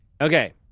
Okay